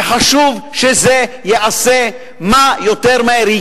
וחשוב שזה ייעשה כמה שיותר מהר.